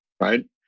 right